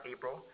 April